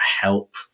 help